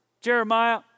Jeremiah